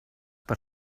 per